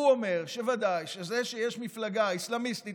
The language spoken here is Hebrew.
הוא אומר שוודאי שזה שיש מפלגה אסלאמיסטית